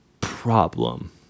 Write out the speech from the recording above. problem